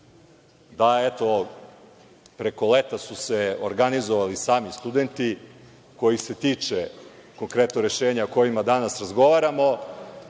da eto, preko leta su se organizovali sami studenti kojih se tiču konkretno rešenja o kojima danas razgovaramo